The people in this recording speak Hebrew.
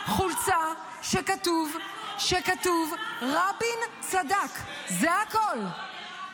חולצה שכתוב עליה "רבין צדק" זה הכול,